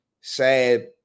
sad